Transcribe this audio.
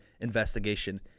Investigation